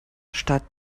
statt